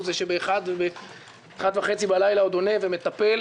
זה שב-01:30 בלילה עוד עונה ומטפל.